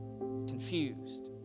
confused